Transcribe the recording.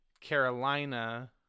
Carolina